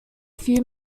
few